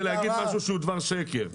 להשמיץ זה להגיד משהו שהוא דבר שקר.